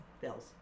Bills